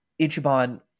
Ichiban